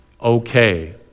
okay